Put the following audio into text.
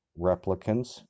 replicants